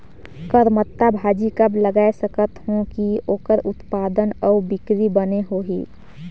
करमत्ता भाजी कब लगाय सकत हो कि ओकर उत्पादन अउ बिक्री बने होही?